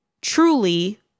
truly